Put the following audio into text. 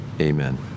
amen